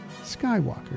Skywalker